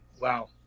Wow